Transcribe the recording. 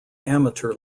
amateur